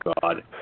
God